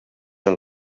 amb